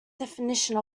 definition